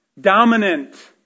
Dominant